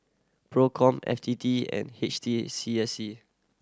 Procom F T T and H T A C I C